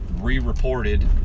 re-reported